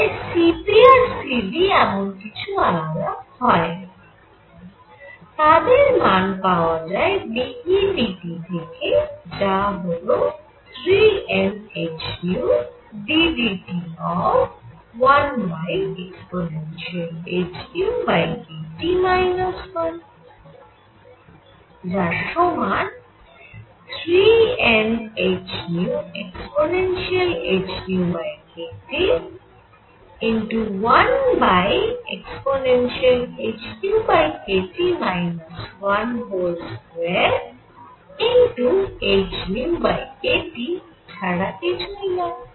তাই Cp আর Cv এমন কিছু আলাদা হয়না তাদের মান পাওয়া যায় dEdT থেকে যা হল 3NhνddT 1ehνkT 1 যার সমান 3NhνehνkT 1ehνkT 12hνkT ছাড়া কিছুই নয়